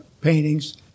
paintings